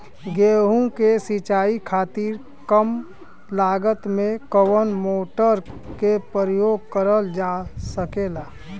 गेहूँ के सिचाई खातीर कम लागत मे कवन मोटर के प्रयोग करल जा सकेला?